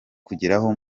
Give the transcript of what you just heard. kugeraho